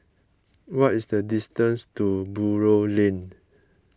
what is the distance to Buroh Lane